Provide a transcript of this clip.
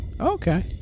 Okay